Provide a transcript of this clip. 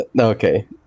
okay